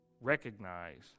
recognize